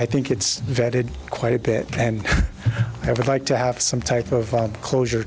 i think it's vetted quite a bit and i would like to have some type of closure